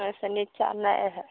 ओहिसँ निचाँ नहि हैत